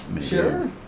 Sure